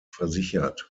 versichert